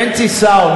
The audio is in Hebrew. בנצי סאו,